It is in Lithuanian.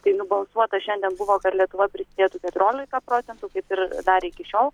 tai nubalsuota šiandien buvo kad lietuva prisidėtų keturiolika procentų kaip ir darė iki šiol